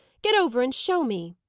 get over, and show me!